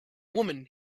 woman